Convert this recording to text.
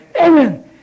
amen